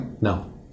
No